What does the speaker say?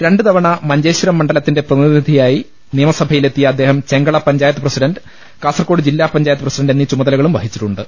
രണ്ടുതവണ മഞ്ചേശ്വരം മണ്ഡലത്തിന്റെ പ്രതിനിധിയായി നിയമസഭയിലെത്തിയ അദ്ദേഹം ചെങ്കള പഞ്ചായത്ത് പ്രസി ഡണ്ട് കാസർക്കോട് ജില്ലാ പഞ്ചായത്ത് പ്രസിഡണ്ട് എന്നീ ചുമ തലകളും വഹിച്ചിട്ടുണ്ട്